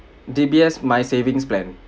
D_B_S my savings plan